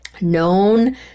known